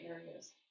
areas